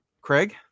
Craig